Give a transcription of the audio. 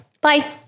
Bye